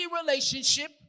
relationship